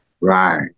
Right